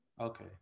Okay